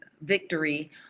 victory